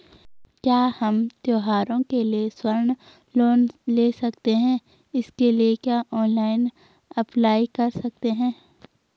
क्या हम त्यौहारों के लिए स्वर्ण लोन ले सकते हैं इसके लिए क्या ऑनलाइन अप्लाई कर सकते हैं?